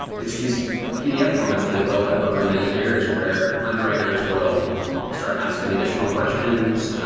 it's these pdf formats that have built up over many years where underwriters will start asking additional questions,